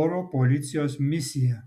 oro policijos misiją